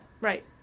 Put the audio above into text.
Right